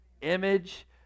image